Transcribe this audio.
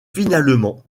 finalement